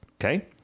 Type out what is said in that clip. Okay